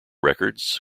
records